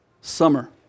summer